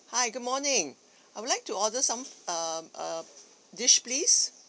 hi good morning I would like to order some um um dish please